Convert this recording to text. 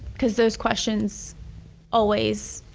cause those questions always